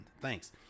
thanks